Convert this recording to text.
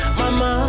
mama